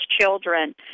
children